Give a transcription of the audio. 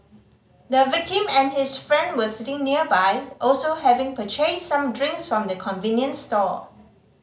the victim and his friend were sitting nearby also having purchased some drinks from the convenience store